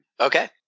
Okay